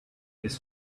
his